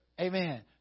Amen